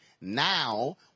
Now